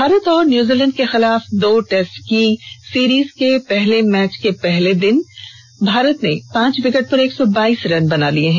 भारत ने न्यूजीलैंड के खिलाफ दो टेस्ट की सीरीज के पहले मैच के पहले दिन पांच विकेट पर एक सौ बाईस रन बना लिए हैं